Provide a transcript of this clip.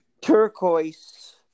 turquoise